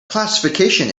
classification